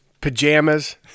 Pajamas